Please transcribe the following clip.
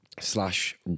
slash